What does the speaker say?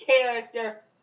character